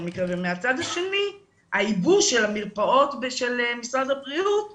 ומהצד השני הייבוש של המרפאות ושל משרד הבריאות ממשיך.